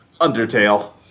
undertale